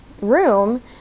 room